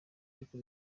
ariko